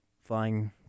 flying